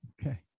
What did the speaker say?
Okay